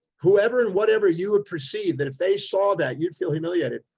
whoever and whatever you would perceive that if they saw that you'd feel humiliated,